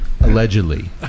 Allegedly